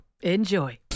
Enjoy